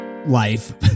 life